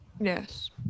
Yes